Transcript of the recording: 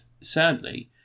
sadly